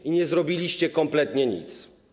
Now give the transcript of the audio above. I nie zrobiliście kompletnie nic.